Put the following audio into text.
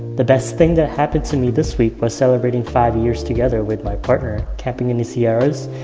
the best thing that happened to me this week was celebrating five years together with my partner, camping in the sierras,